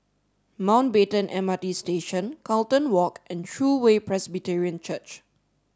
Mountbatten M R T Station Carlton Walk and True Way Presbyterian Church